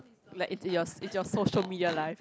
like it's your it's your social media life